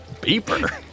Beeper